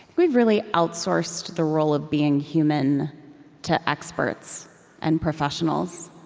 we've really outsourced the role of being human to experts and professionals.